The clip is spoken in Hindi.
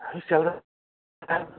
हैं क्या बोला